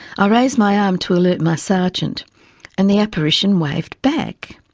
i raised my arm to alert my sergeant and the apparition waved back.